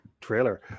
trailer